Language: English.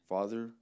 Father